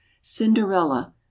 Cinderella